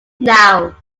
now